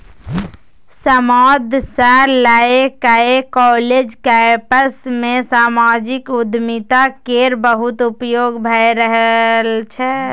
समाद सँ लए कए काँलेज कैंपस मे समाजिक उद्यमिता केर बहुत उपयोग भए रहल छै